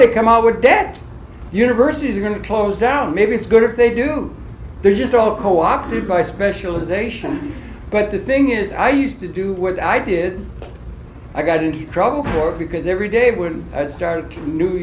they come over dead universities are going to close down maybe it's good if they do there's just all co opted by specialization but the thing is i used to do what i did i got in trouble for it because every day when i started to new